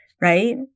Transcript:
Right